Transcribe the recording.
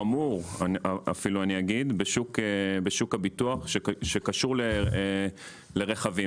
חמור אפילו אני אגיד, בשוק הביטוח שקשור לרכבים.